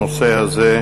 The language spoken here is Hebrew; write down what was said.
לנושא הזה,